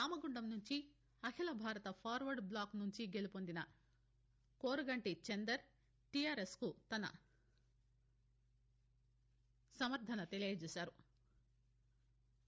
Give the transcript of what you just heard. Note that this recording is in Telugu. రామగుండం నుంచి అఖిల భారత ఫార్వర్డ్ బ్లాక్ నుంచి గెలుపొందిన కోరుగంటి చందర్ టీఆర్ఎస్కు తన సమర్గన తెలియజేశారు